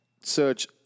search